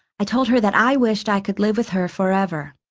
i told her that i wished i could live with her forever.